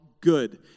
Good